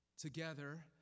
together